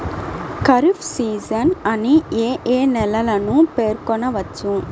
Kharif season అని ఏ ఏ నెలలను పేర్కొనవచ్చు?